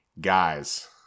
guys